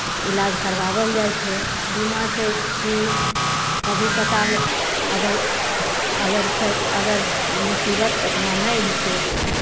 इलाज करबाओल जाए छै बीमा छै कि कभी कताल अगर अगरसँ अगर मुसीबत ओतना नहि हिकै